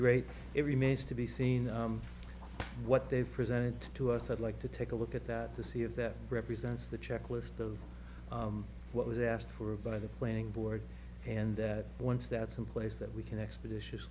great it remains to be seen what they've presented to us i'd like to take a look at that the see if that represents the checklist of what was asked for by the planning board and once that's in place that we can expeditious